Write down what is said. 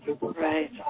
Right